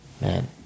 man